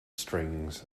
strings